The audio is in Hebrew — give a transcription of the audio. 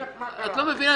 את לא מבינה.